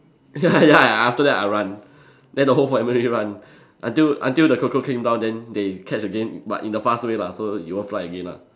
ya ya after that I run then the whole family run until until the cockroach came down then they catch again but in the fast way lah so it won't fly again lah